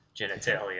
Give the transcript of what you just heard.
genitalia